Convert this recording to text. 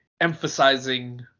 emphasizing